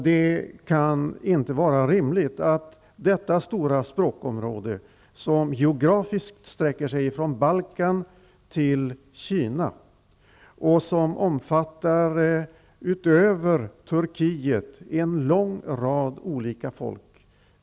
Det kan inte vara rimligt med hänsyn till att det gäller ett stort språkområde, som geografiskt sträcker sig från Balkan till Kina och som utöver Turkiet omfattar en lång rad olika folk.